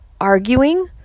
arguing